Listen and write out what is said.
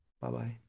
Bye-bye